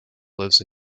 lives